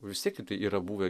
vis tiek yra buvę